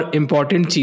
important